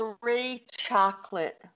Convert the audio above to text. three-chocolate